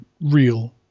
real